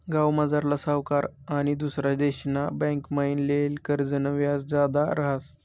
गावमझारला सावकार आनी दुसरा देशना बँकमाईन लेयेल कर्जनं व्याज जादा रहास